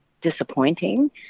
disappointing